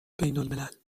بینالملل